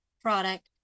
product